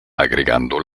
agregando